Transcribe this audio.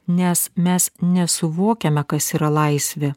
nes mes nesuvokiame kas yra laisvė